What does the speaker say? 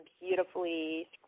beautifully